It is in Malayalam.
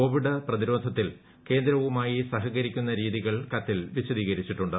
കോവിഡ് പ്രതിരോധത്തിൽ കേന്ദ്രവുമായി സഹകരിക്കുന്ന രീതികൾ കത്തിൽ വിശദീകരിച്ചിട്ടുണ്ട്